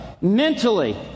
mentally